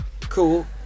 cool